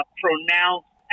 pronounced